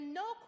no